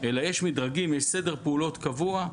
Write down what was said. אלא יש מדרגים, יש סדר פעולות קבוע.